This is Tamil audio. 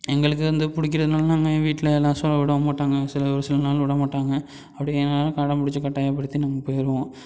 எங்களுக்கு வந்து பிடிக்கிறதுனால நாங்கள் என் வீட்ல எல்லாம் சொல்ல விட மாட்டாங்கள் சில ஒரு சில நாள் விட மாட்டாங்கள் அப்படின்னாலும் அடம் பிடிச்சி கட்டாயப்படுத்தி நாங்கள் போயிடுவோம்